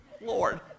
Lord